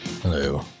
hello